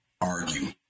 argue